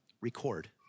record